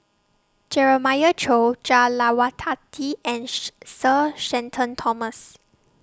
Jeremiah Choy Jah Lelawati and Sir Shenton Thomas